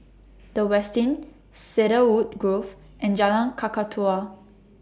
The Westin Cedarwood Grove and Jalan Kakatua